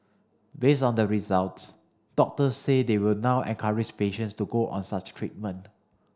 based on the results doctors say they will now encourage patients to go on such treatment